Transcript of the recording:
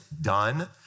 done